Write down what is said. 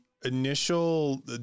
Initial